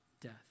death